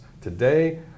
Today